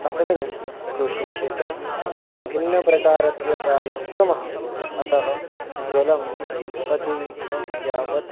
अस्मिन् कृषिक्षेत्रे वयं भिन्नप्रकारस्य कार्यं कुर्मः अतः जलं प्रति इदं यावत्